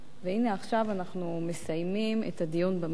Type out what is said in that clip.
עכשיו אנחנו מסיימים את הדיון במליאה,